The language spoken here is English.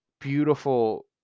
beautiful